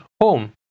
home